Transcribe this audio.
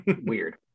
weird